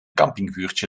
kampingvuurtje